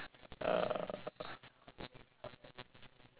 uh